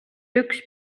üks